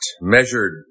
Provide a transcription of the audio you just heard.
measured